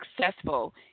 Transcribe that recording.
successful